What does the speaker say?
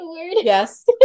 Yes